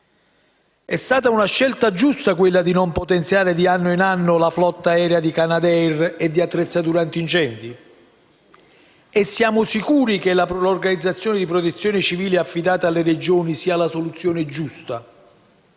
È stata una scelta giusta quella di non potenziare, di anno in anno, la flotta aerea di Canadair e di attrezzature antincendio? Siamo sicuri che l'affidamento dei compiti di protezione civile alle Regioni sia la soluzione giusta?